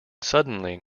suddenly